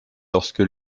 lorsque